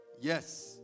Yes